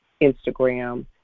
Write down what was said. Instagram